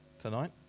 tonight